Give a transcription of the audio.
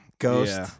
ghost